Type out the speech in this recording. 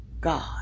God